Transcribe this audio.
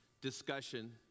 discussion